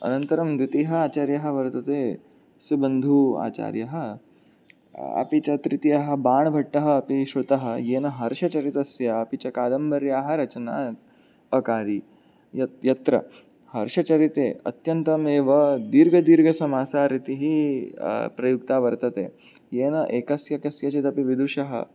अनन्तरं द्वितीयः आचार्यः वर्तते सुबन्धुः आचार्यः अपि च तृतीयः बाणभट्टः अपि श्रुतः येन हर्षचरितस्य अपि च कादम्बर्याः रचना अकारी यत्र हर्षचरिते अत्यन्तमेव दीर्घदीर्घसमासा रीतिः प्रयुक्ता वर्तते येन एकस्य कस्यचित् अपि विदुषः